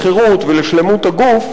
לחירות ולשלמות הגוף.